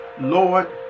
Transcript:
Lord